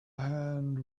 hand